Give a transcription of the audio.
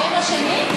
שבע שנים?